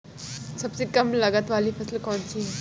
सबसे कम लागत वाली फसल कौन सी है?